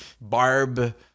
Barb